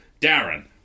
Darren